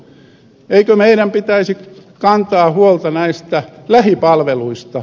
eikö meidän pitäisi kantaa huolta näistä lähipalveluista